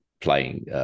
playing